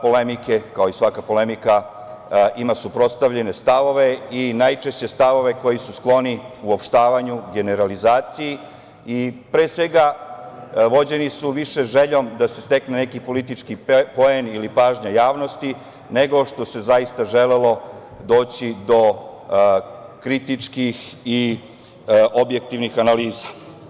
Polemike, kao i svaka polemika ima suprotstavljene stavove i najčešće stavove koji su skloni uopštavanju, generalizaciji i pre svega vođeni su više željom da se stekne neki politički poen ili pažnja javnosti nego što se zaista želelo doći do kritičkih i objektivnih analiza.